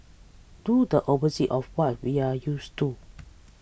do the opposite of what we are used to